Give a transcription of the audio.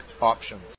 options